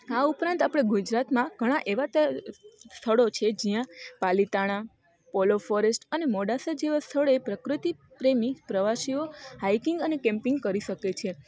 આ ઉપરાંત આપણે ગુજરાતમાં ઘણા એવા તહે સ્થળો છે જ્યાં પાલીતાણા પોલો ફોરેસ્ટ અને મોડાસા જેવા સ્થળે પ્રકૃતિપ્રેમી પ્રવાસીઓ હાઇકિંગ અને કેમપિંગ કરી શકે છે